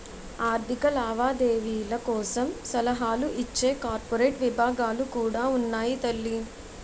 ఆర్థిక లావాదేవీల కోసం సలహాలు ఇచ్చే కార్పొరేట్ విభాగాలు కూడా ఉన్నాయి తల్లీ